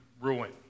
ruin